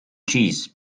cheese